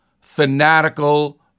fanatical